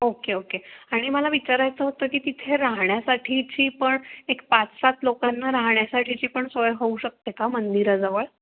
okay okay आणि मला विचारायचं होतं की तिथे राहण्यासाठीची पण एक पाच सात लोकांना राहण्यासाठीची पण सोय होऊ शकते का मंदिराजवळ